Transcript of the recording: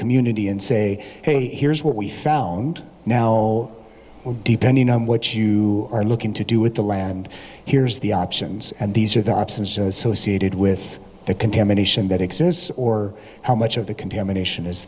community and say hey here's what we found now we're depending on what you are looking to do with the land here's the options and these are the options with the contamination that exists or how much of the contamination